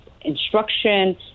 instruction